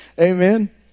Amen